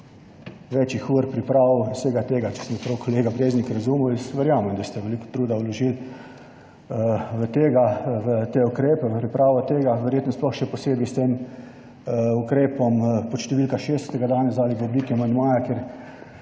več ur priprav, vsega tega, če sem prav kolega Breznik razumel. Jaz verjamem, da ste veliko truda vložili v tega, v te ukrepe, v pripravo tega, verjetno sploh še posebej s tem ukrepom pod številka 6, ki ste ga danes dali v obliki amandmaja,